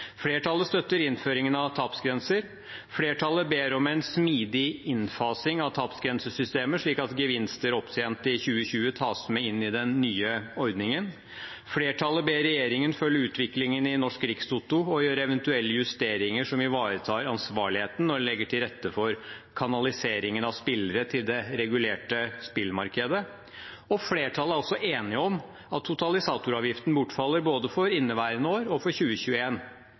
Flertallet støtter innføringen av tapsgrenser. Flertallet ber om en smidig innfasing av tapsgrensesystemet, slik at gevinster opptjent i 2020 tas med inn i den nye ordningen. Flertallet ber regjeringen følge utviklingen i Norsk Rikstoto og gjøre eventuelle justeringer som ivaretar ansvarligheten og legger til rette for kanaliseringen av spillere til det regulerte spillmarkedet. Flertallet er også enige om at totalisatoravgiften bortfaller både for inneværende år og for